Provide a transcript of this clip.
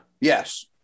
Yes